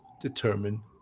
determine